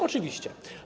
Oczywiście.